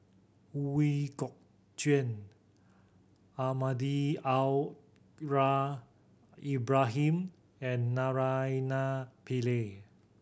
We Kok Chuen Almahdi Al Ra Ibrahim and Naraina Pillai